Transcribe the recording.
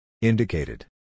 Indicated